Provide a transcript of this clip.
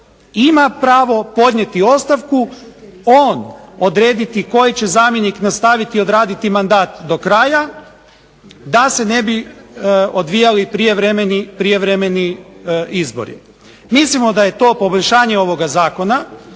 ima pravo podnijeti ostavku, on odrediti koji će zamjenik nastaviti odraditi mandat do kraja da se ne bi odvijali prijevremeni izbori. Mislimo da je to poboljšanje ovoga zakona,